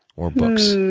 or books? i